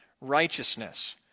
righteousness